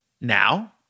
Now